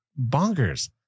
bonkers